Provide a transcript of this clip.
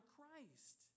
Christ